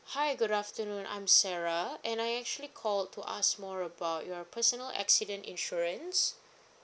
hi good afternoon I'm sarah and I actually called to ask more about your personal accident insurance